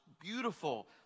beautiful